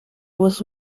was